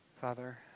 Father